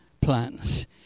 plans